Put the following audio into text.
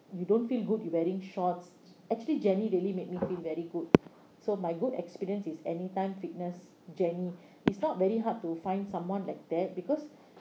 you don't feel good you wearing shorts actually jenny really made me feel very good so my good experience is anytime fitness jenny it's not very hard to find someone like that because